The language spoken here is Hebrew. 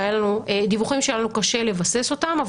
דיווחים שהיה לנו קשה לבסס אותם,